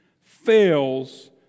fails